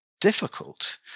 difficult